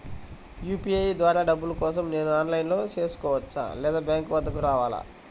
UPI ద్వారా డబ్బులు కోసం నేను ఆన్లైన్లో చేసుకోవచ్చా? లేదా బ్యాంక్ వద్దకు రావాలా?